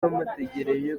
bamutegereje